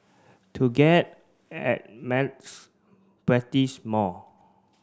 to get at maths practise more